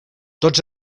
tots